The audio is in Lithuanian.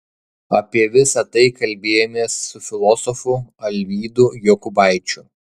apie visa tai kalbėjomės su filosofu alvydu jokubaičiu